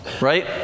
right